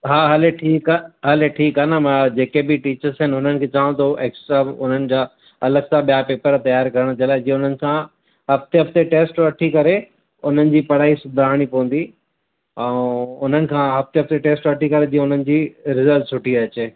हा हले ठीकु आहे हले ठीकु आहे न मां जेके बि टीचर्स आहिनि हुननि खे चवां थो एक्स्ट्रा हुननि जा अलॻि सां ॿिया पेपर त्यारु करण जीअं हुननि सां हफ़्ते हफ़्ते टैस्ट वठी करे हुननि जी पढ़ाई सुधारणी पवंदी ऐं हुननि खां हफ़्ते टैस्ट वठी करे जीअं हुननि जी रिज़ल्ट सुठी अचे